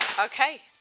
Okay